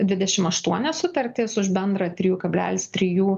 dvidešim aštuonias sutartis už bendrą trijų kablelis trijų